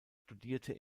studierte